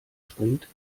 springt